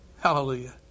Hallelujah